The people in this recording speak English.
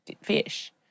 Fish